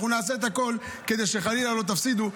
אנחנו נעשה הכול כדי שחלילה לא תפסידו,